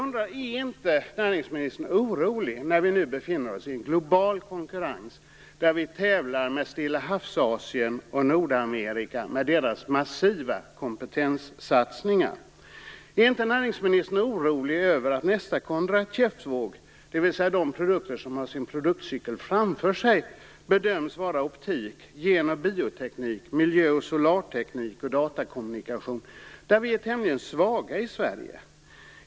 Är inte näringsministern orolig nu när vi befinner oss i en global konkurrens där vi tävlar med Stillahavsasien och Nordamerika med deras massiva kompetenssatsningar? Är inte näringsministern orolig över att nästa kondratieffvåg, dvs. de produkter som har sin produktcykel framför sig, bedöms gälla optik, gen och bioteknik, miljö och solarteknik samt datakommunikation? Där är vi ju tämligen svaga i Sverige.